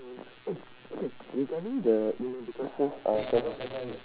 no worries eh okay regarding the email because since uh K